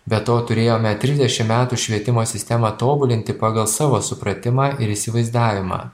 be to turėjome trisdešimt metų švietimo sistemą tobulinti pagal savo supratimą ir įsivaizdavimą